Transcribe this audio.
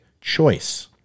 choice